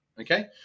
Okay